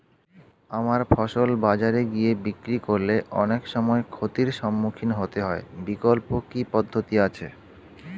আমার ফসল বাজারে গিয়ে বিক্রি করলে অনেক সময় ক্ষতির সম্মুখীন হতে হয় বিকল্প কি পদ্ধতি আছে?